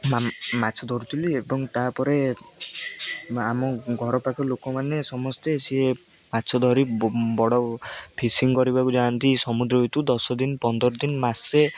ମାଛ ଧରୁଥିଲି ଏବଂ ତାପରେ ଆମ ଘର ପାଖ ଲୋକମାନେ ସମସ୍ତେ ସିଏ ମାଛ ଧରି ବଡ଼ ଫିସିଂ କରିବାକୁ ଯାଆନ୍ତି ସମୁଦ୍ର ଭିତରକୁ ଦଶଦିନ ପନ୍ଦର ଦିନ ମାସେ